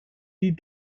die